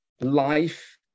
life